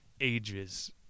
ages